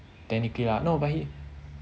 technically lah no but he